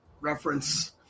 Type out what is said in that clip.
reference